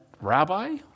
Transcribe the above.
rabbi